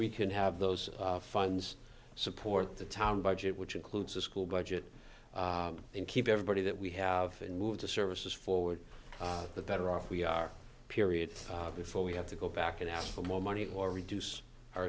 we can have those funds support the town budget which includes a school budget and keep everybody that we have moved to services forward the better off we are period before we have to go back and ask for more money or reduce our